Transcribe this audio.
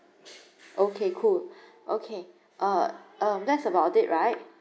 okay cool okay uh um that's about it right